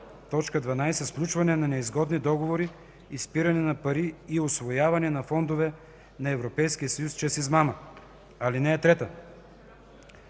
12. сключване на неизгодни договори, изпиране на пари и усвояване на фондове на Европейския съюз чрез измама. (3) Главна